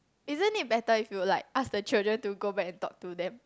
isn't it better if you like ask the children to go back and talk to them